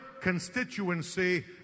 constituency